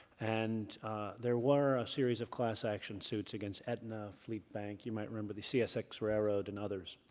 and there were a series of class action suits against aetna, fleet bank, you might remember the csx railroad and others.